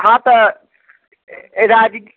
हँ तऽ ए राजगी